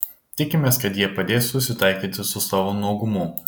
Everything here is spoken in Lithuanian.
tikimės kad jie padės susitaikyti su savo nuogumu